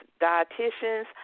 dietitians